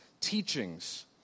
teachings